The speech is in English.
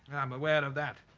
i'm aware of that.